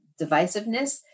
divisiveness